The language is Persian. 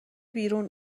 بیرون